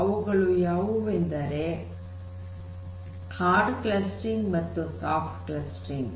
ಅವುಗಳು ಯಾವುವೆಂದರೆ hard clustering ಮತ್ತು ಸಾಫ್ಟ್ ಕ್ಲಸ್ಟರಿಂಗ್